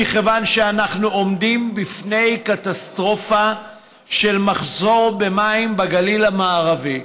מכיוון שאנחנו עומדים בפני קטסטרופה של מחסור במים בגליל המערבי,